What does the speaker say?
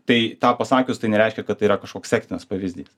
tai tą pasakius tai nereiškia kad tai yra kažkoks sektinas pavyzdys